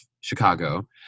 Chicago